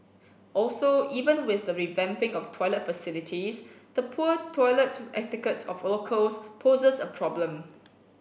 also even with the revamping of toilet facilities the poor toilet etiquette of locals poses a problem